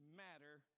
matter